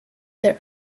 their